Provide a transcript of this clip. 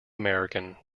american